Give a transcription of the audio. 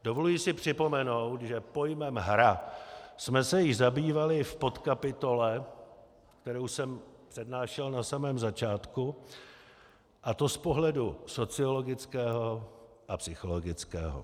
Dovoluji si připomenout, že pojmem hra jsme se již zabývali v podkapitole, kterou jsem přednášel na samém začátku, a to z pohledu sociologického a psychologického.